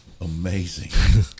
amazing